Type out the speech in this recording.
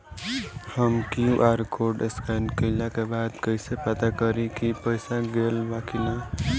हम QR code scan कइला के बाद कइसे पता करि की पईसा गेल बा की न?